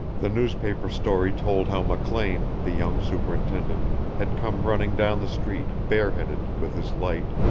the newspaper story told how mclean, the young superintendent, had come running down the street, bare-headed, with his light,